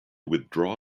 withdraw